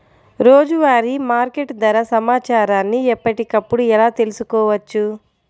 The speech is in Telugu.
రోజువారీ మార్కెట్ ధర సమాచారాన్ని ఎప్పటికప్పుడు ఎలా తెలుసుకోవచ్చు?